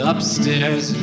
Upstairs